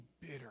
bitter